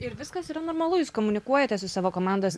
ir viskas yra normalu jūs komunikuojate su savo komandos